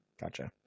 Gotcha